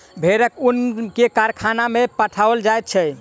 भेड़क ऊन के कारखाना में पठाओल जाइत छै